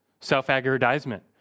self-aggrandizement